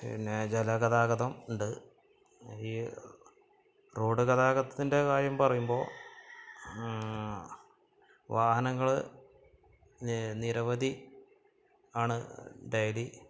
പിന്നെ ജലഗതാഗതം ഉണ്ട് ഈ റോഡ് ഗതാഗതത്തിൻ്റെ കാര്യം പറയുമ്പോൾ വാഹനങ്ങൾ നിരവധി ആണ് ഡെയ്ലി